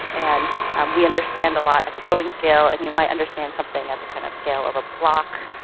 and we understand a lot at the building scale and you might understand something at the kind of scale of a block,